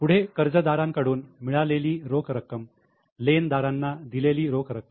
पुढे कर्जदारांकडून मिळालेली रोख रक्कम लेनदारांना दिलेली रोख रक्कम